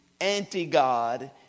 anti-God